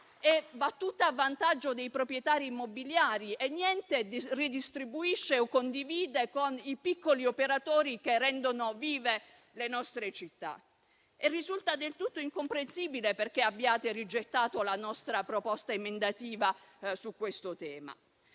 va tutta a vantaggio dei proprietari immobiliari e niente ridistribuisce o condivide con i piccoli operatori che rendono vive le nostre città e risulta del tutto incomprensibile perché abbiate rigettato la nostra proposta emendativa su questo tema.